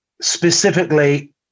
specifically